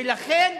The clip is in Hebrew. ולכן,